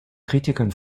kritikern